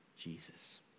Jesus